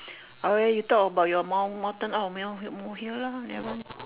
okay you talk about your moun~ mountain up mole mole hill lah nevermind